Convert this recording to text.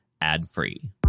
ad-free